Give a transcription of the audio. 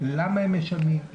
למה הם משלמים,